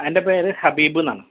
എൻ്റെ പേര് ഹബീബ് എന്ന് ആണ്